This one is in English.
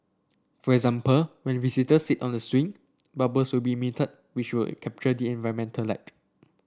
for example when visitors sit on the swing bubbles will be emitted which will capture the environmental light